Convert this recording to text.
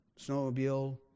snowmobile